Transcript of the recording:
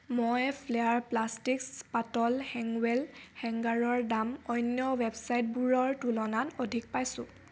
মই Flair plastics পাতল হেংৱেল হেংগাৰৰ দাম অন্য ৱেবছাইটবোৰৰ তুলনাত অধিক পাইছোঁ